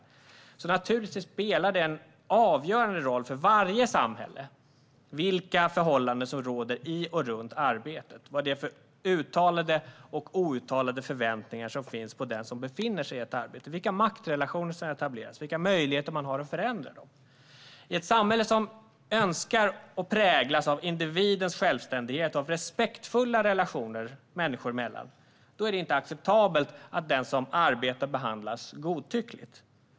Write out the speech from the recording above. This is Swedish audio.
Det spelar därför naturligtvis en avgörande roll för varje samhälle vilka förhållanden som råder i och runt arbetet, vilka uttalade och outtalade förväntningar som finns på den som befinner sig i ett arbete, vilka maktrelationer som etableras och vilka möjligheter man har att förändra dessa. I ett samhälle som önskar och som präglas av individens självständighet och av respektfulla relationer människor emellan är det inte acceptabelt att den som arbetar behandlas godtyckligt.